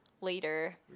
later